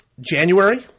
January